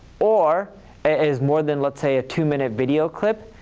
or it is more than let's say a two minute video clip,